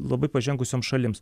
labai pažengusioms šalims